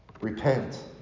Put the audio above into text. Repent